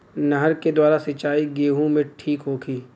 नहर के द्वारा सिंचाई गेहूँ के ठीक होखि?